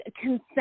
consent